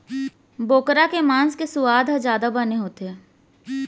बोकरा के मांस के सुवाद ह जादा बने होथे